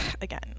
again